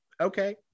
Okay